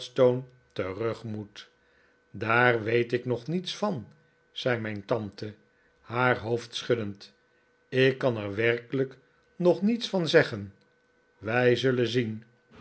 terug moet daar weet ik nog niets van zei mijn tante haar hoofd schuddend ik kan er werkelijk nog niets van zeggen wij zullen zien